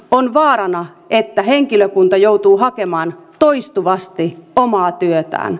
on vaarana että henkilökunta joutuu hakemaan toistuvasti omaa työtään